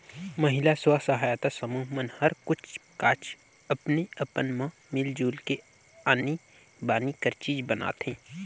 महिला स्व सहायता समूह मन हर कुछ काछ अपने अपन मन मिल जुल के आनी बानी कर चीज बनाथे